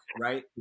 right